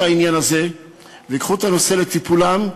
העניין הזה וייקחו את הנושא לטיפולם,